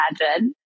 imagine